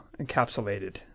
encapsulated